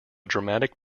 dramatic